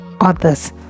others